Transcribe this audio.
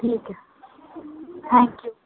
ٹھیک ہے thank you